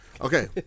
Okay